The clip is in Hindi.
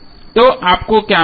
तो आपको क्या मिलेगा